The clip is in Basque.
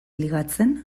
ligatzen